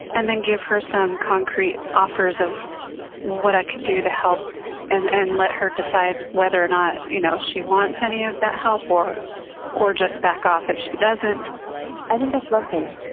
and then give her some concrete offers of what i can do to help and and let her decide whether or not you know she wants any of that help or or just back off if she doesn't i think that's lovely.